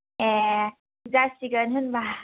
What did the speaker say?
ए जासिगोन होनब्ला